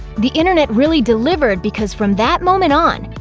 the internet really delivered because from that moment on.